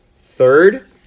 third